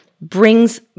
brings